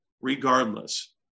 regardless